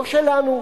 לא שלנו.